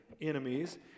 enemies